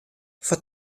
foar